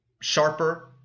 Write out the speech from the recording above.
sharper